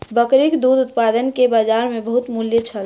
बकरी दूधक उत्पाद के बजार में बहुत मूल्य छल